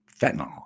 fentanyl